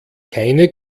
keine